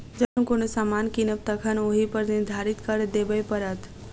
जखन कोनो सामान कीनब तखन ओहिपर निर्धारित कर देबय पड़त